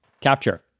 capture